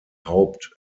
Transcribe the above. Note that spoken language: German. haupt